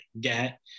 get